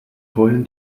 heulen